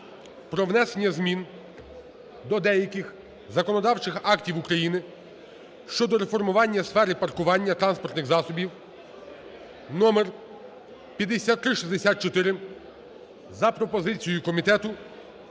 про внесення змін до деяких законодавчих актів України щодо реформування в сфері паркування транспортних засобів (№ 5364), за пропозицією комітету